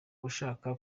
ushaka